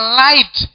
light